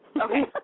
Okay